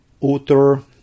Author